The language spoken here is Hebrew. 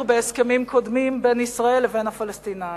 בהסכמים קודמים בין ישראל לבין הפלסטינים.